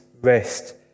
rest